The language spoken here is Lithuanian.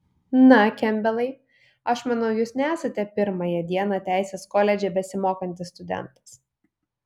na kempbelai aš manau jūs nesate pirmąją dieną teisės koledže besimokantis studentas